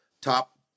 top